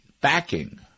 backing